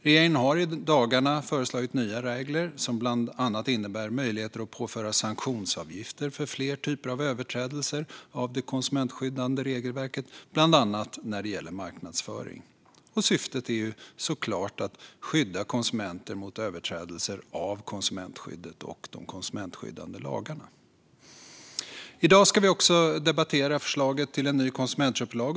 Regeringen har i dagarna föreslagit nya regler som bland annat innebär möjligheter att påföra sanktionsavgifter för fler typer av överträdelser av det konsumentskyddande regelverket, bland annat när det gäller marknadsföring. Syftet är såklart att skydda konsumenter mot överträdelser av konsumentskyddet och de konsumentskyddande lagarna. I dag har vi också just debatterat förslaget till en ny konsumentköplag.